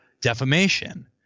defamation